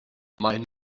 maen